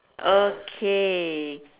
okay